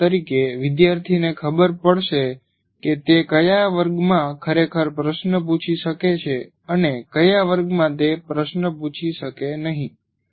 ઉદાહરણ તરીકે વિદ્યાર્થીને ખબર પડશે કે તે કયા વર્ગમાં ખરેખર પ્રશ્ન પૂછી શકે છે અને કયા વર્ગમાં તે પ્રશ્ન પૂછી શકે નહિ